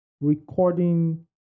recording